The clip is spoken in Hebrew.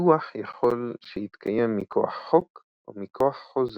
ביטוח יכול שיתקיים מכוח חוק או מכוח חוזה.